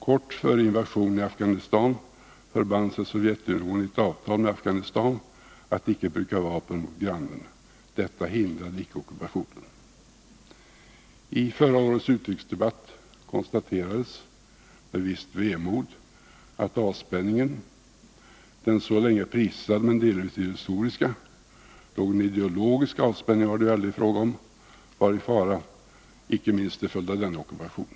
Kort före invasionen i Afghanistan förband sig Sovjetunionen i ett avtal med Afghanistan att icke bruka vapen mot grannen. Detta hindrade icke ockupationen. I förra årets utrikesdebatt konstaterades med visst vemod att avspänningen — den så länge prisade men delvis illusoriska, någon ideologisk avspänning var det ju aldrig fråga om — var i fara, inte minst till följd av denna ockupation.